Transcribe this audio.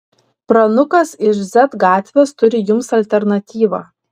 pranukas iš z gatvės turi jums alternatyvą